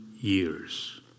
years